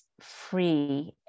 free